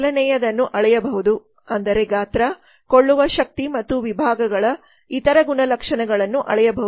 ಮೊದಲನೆಯದನ್ನು ಅಳೆಯಬಹುದು ಅಂದರೆ ಗಾತ್ರ ಕೊಳ್ಳುವ ಶಕ್ತಿ ಮತ್ತು ವಿಭಾಗಗಳ ಇತರ ಗುಣಲಕ್ಷಣಗಳನ್ನು ಅಳೆಯಬಹುದು